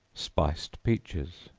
spiced peaches.